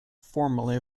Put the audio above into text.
formerly